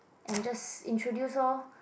and just introduce lor